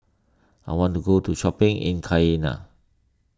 I want to go to shopping in Cayenne